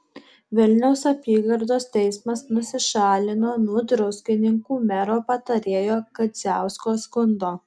vilniaus apygardos teismas nusišalino nuo druskininkų mero patarėjo kadziausko skundo